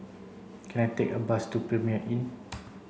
can I take a bus to Premier Inn